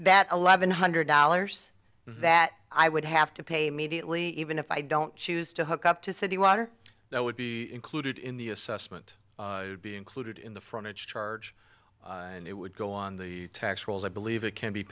that eleven hundred dollars that i would have to pay mediately even if i don't choose to hook up to city water that would be included in the assessment be included in the front of charge and it would go on the tax rolls i believe it can be